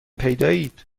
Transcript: پیدایید